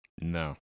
No